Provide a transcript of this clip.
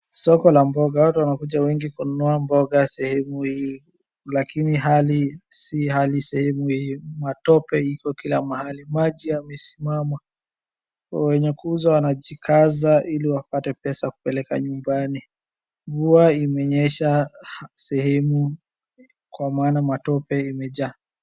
Soko la mboga, watu wanakuja wengi kununua mboga sehemu hii lakini hali si hali sehemu hii. Matope iko kila mahali, maji yamesimama, wenye kuuza wanajikazaili wapate pesa kupeleka nyumbani. Mvua imenyesha sehemu kwa maana matope imejaa.